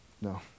No